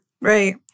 Right